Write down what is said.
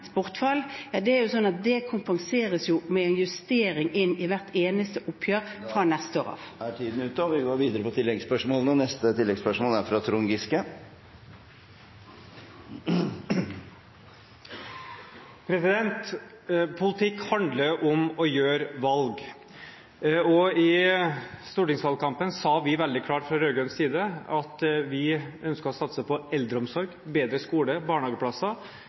det kompenseres med en justering inn i hvert eneste oppgjør fra neste år av. Det åpnes for oppfølgingsspørsmål – først Trond Giske. Politikk handler om å gjøre valg. I stortingsvalgkampen sa vi veldig klart fra de rød-grønnes side at vi ønsket å satse på eldreomsorg, bedre skole, barnehageplasser,